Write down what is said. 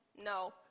No